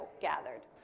gathered